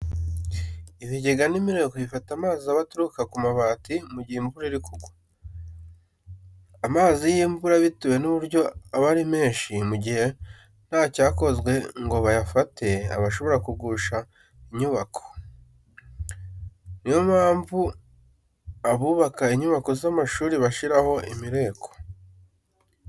Ibigega n'imireko bifata amazi aba aturuka ku mabati mu gihe imvura iri kugwa. Amazi y'imvura bitewe n'uburyo aba ari menshi, mu gihe nta cyakozwe ngo bayafate, aba ashobora kugusha inyubako. Ni yo mpamvu abubaka inyubako z'amashuri bashyiraho imireko.